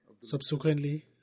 Subsequently